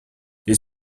les